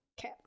Okay